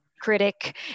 critic